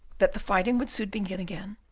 that the fighting would soon begin again,